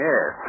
Yes